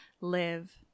Live